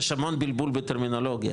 יש המון בלבול בטרמינולוגיה.